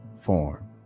form